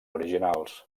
originals